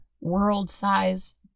world-size